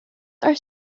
are